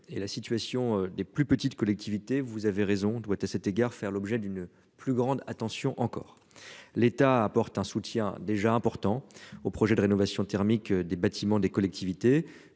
et la situation des plus petites collectivités, vous avez raison, doit à cet égard faire l'objet d'une plus grande attention encore l'État apporte un soutien déjà important au projet de rénovation thermique des bâtiments des collectivités.